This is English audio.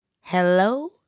hello